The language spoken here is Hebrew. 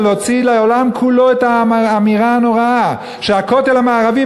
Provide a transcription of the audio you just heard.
ולהוציא לעולם את האמירה הנוראה שהכותל המערבי,